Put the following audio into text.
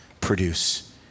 produce